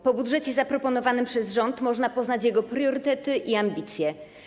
Po budżecie zaproponowanym przez rząd można poznać jego priorytety i ambicje.